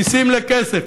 מיסים, לכסף.